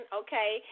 okay